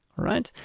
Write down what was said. alright,